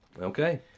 Okay